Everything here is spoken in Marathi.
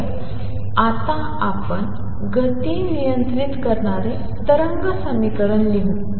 तर आता आपण गती नियंत्रित करणारे तरंग समीकरण लिहू